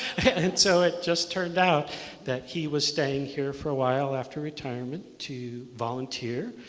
and so it just turned out that he was staying here for a while after retirement to volunteer.